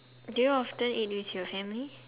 do you often eat with your family